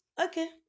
okay